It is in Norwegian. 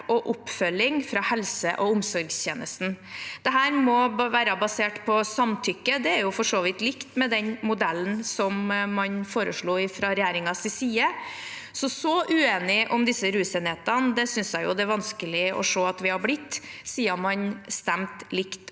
og oppfølging fra helse- og omsorgstjenesten. Dette må være basert på samtykke. Det er for så vidt likt med den modellen man foreslo fra regjeringens side. Så så uenige om disse rusenhetene synes jeg det er vanskelig å se at vi har blitt, siden man stemte likt